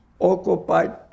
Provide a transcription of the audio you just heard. occupied